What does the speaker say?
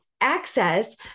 access